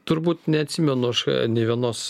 turbūt neatsimenu aš nei vienos